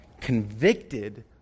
convicted